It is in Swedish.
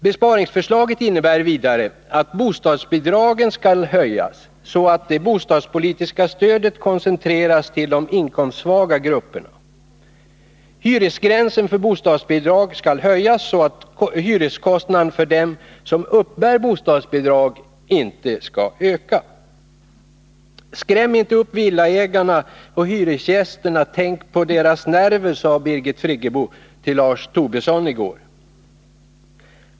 Besparingsförslaget innebär vidare att bostadsbidragen skall höjas, så att det bostadspolitiska stödet koncentreras till de inkomstsvaga grupperna. Hyresgränsen för bostadsbidrag skall höjas, så att hyreskostnaden för dem som uppbär bostadsbidrag inte ökar. Skräm inte upp villaägare och hyresgäster, tänk på deras nerver, sade Birgit Friggebo till Lars Tobisson i går.